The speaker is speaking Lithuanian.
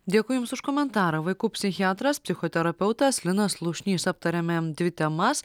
dėkui jums už komentarą vaikų psichiatras psichoterapeutas linas slušnys aptarėme temas